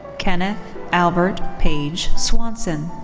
kenneth albert page swanson.